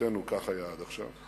לשמחתנו כך היה עד עכשיו,